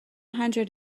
hundred